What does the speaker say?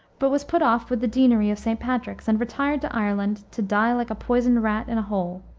but was put off with the deanery of st. patrick's, and retired to ireland to die like a poisoned rat in a hole.